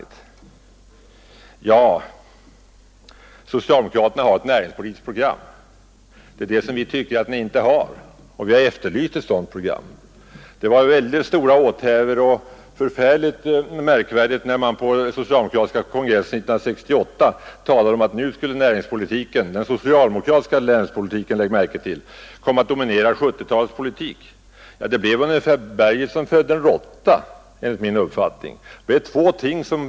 Det sades vidare att socialdemokraterna har ett näringspolitiskt program. Det är det som vi tycker att ni inte har, och vi har efterlyst ett sådant program. Man uppträdde under mycket stora åthävor och tyckte det var oerhört märkvärdigt när man på den socialdemokratiska kongressen 1968 talade om att näringspolitiken — observera den socialdemokratiska näringspolitiken — skulle komma att dominera 1970-talets politik. Utvecklingen kan enligt min uppfattning ungefär liknas vid berget som födde en råtta.